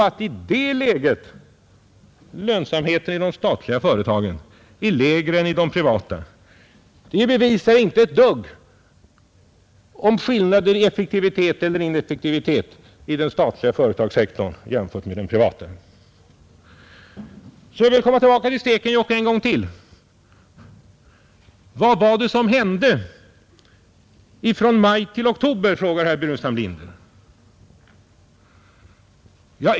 Att i det läget lönsamheten i de statliga företagen är lägre än i de privata bevisar inte ett dugg skillnaden i effektivitet eller ineffektivitet i den statliga företagssektorn jämfört med den privata. Jag vill komma tillbaka till Stekenjokk en gång till. Vad var det som hände från maj till oktober? frågar herr Burenstam Linder.